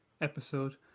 episode